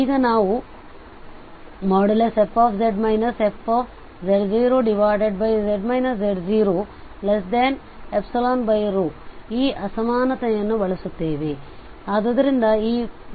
ಈಗ ನಾವು fz fz z0ρ ಈ ಅಸಮಾನತೆಯನ್ನು ಬಳಸುತ್ತೇವೆ